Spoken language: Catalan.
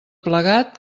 plegat